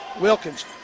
Wilkins